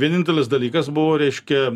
vienintelis dalykas buvo reiškia